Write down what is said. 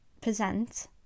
present